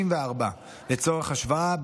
34. לצורך השוואה,